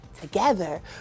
Together